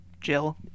jill